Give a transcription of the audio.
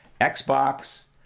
Xbox